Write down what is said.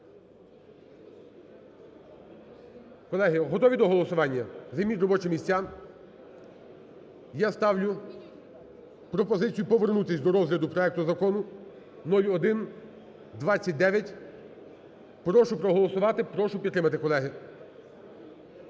Колеги, готові до голосування? Займіть робочі місця. Я ставлю на пропозицію повернутись до розгляду проекту Закону 0129. Прошу проголосувати, прошу підтримати, колеги.